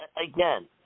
again